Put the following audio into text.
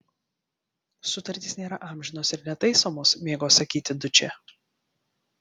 sutartys nėra amžinos ir netaisomos mėgo sakyti dučė